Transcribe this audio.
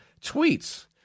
tweets